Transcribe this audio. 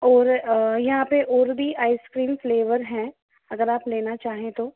और यहाँ पर और भी आइसक्रीम फ्लेवर है अगर आप लेना चाहे तो